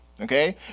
okay